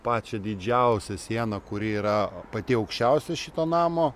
pačią didžiausią sieną kuri yra pati aukščiausia šito namo